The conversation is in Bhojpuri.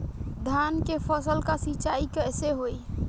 धान के फसल का सिंचाई कैसे करे?